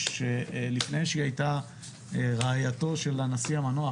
שלפני שהיא היתה רעייתו של הנשיא המנוח,